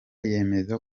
yemeza